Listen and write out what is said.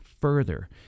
further